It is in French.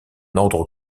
ordre